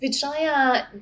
Vijaya